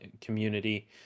community